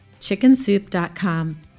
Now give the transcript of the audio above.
chickensoup.com